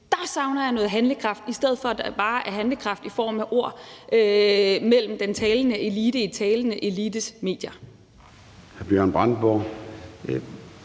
Der savner jeg noget handlekraft, i stedet for at det bare er handlekraft i form af ord mellem dem i den talende elite og i den talende elites medier.